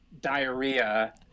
diarrhea